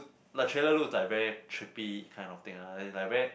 the trailer looked like very trippy kind of thing ah it's like very